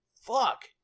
fuck